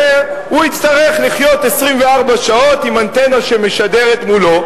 והוא יצטרך לחיות 24 שעות עם אנטנה שמשדרת מולו,